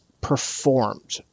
performed